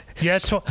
yes